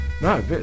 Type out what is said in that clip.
no